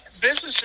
Businesses